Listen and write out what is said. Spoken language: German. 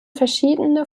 verschiedene